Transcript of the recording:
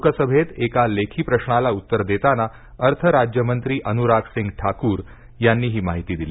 लोकसभेत एका लेखी प्रश्नाला उत्तर देताना अर्थ राज्यमंत्री अनुराग सिंग ठाकूर यांनी ही माहिती दिली